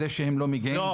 זה שהם לא מגיעים,